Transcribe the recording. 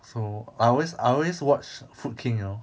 so I always I always watch food king you know